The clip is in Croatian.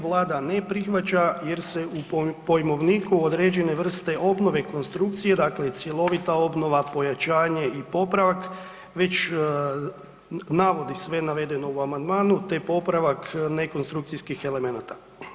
Vlada ne prihvaća jer se u pojmovniku određene vrste obnove konstrukcije, dakle i cjelovita obnova, pojačanje i popravak već navodi sve navedeno u amandmanu te popravak nekonstrukcijskih elemenata.